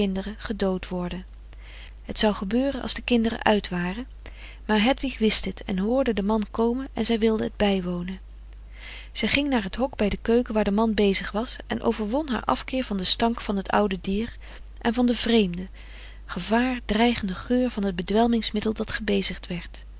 gedood worden het zou gebeuren als de kinderen uit waren maar hedwig wist het en hoorde den man komen en zij wilde het bijwonen zij ging naar het hok bij de keuken waar de man bezig was en overwon haar afkeer van den stank van het oude dier en van de vreemde gevaar dreigende geur van het bedwelmingsmiddel dat gebezigd werd